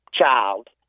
child